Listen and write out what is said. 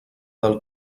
del